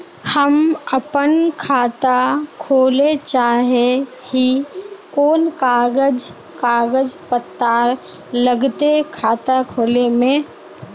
हम अपन खाता खोले चाहे ही कोन कागज कागज पत्तार लगते खाता खोले में?